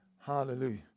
Hallelujah